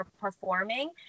performing